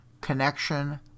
connection